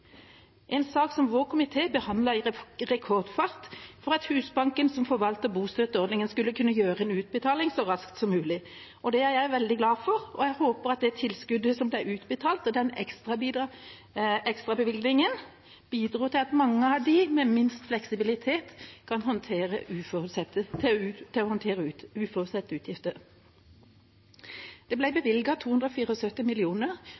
en sak som vår komité behandlet i rekordfart for at Husbanken, som forvalter bostøtteordningen, skulle kunne gjøre en utbetaling så raskt som mulig. Det er jeg veldig glad for, og jeg håper at det tilskuddet som ble utbetalt – den ekstrabevilgningen – bidro til at mange av dem med minst fleksibilitet kunne håndtere uforutsette